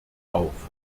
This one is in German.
auf